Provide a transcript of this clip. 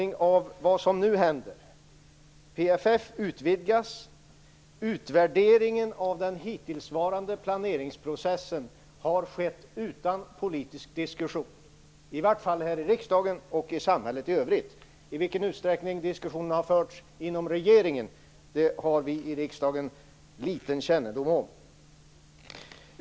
Nu utvidgas PFF, men utvärderingen av den hittillsvarande planeringsprocessen har skett utan politisk diskussion. Det gäller i vart fall i riksdagen och i samhället i övrigt. I vilken utsträckning diskussioner har förts inom regeringen har vi i riksdagen liten kännedom om.